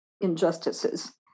injustices